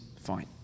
Fine